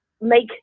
make